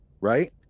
right